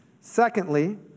Secondly